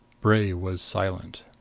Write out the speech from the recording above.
bray was silent.